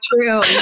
true